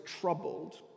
troubled